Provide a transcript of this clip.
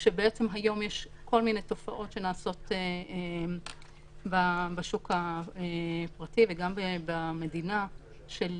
היום יש כל מיני תופעות שנעשות בשוק הפרטי וגם במדינה של